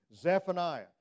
Zephaniah